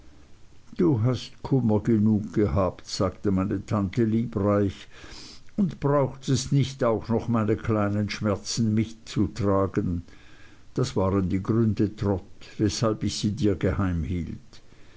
du hast genug kummer gehabt sagte meine tante liebreich und brauchtest nicht auch noch meine kleinen schmerzen mitzutragen das waren die gründe trot weshalb ich sie dir